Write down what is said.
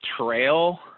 trail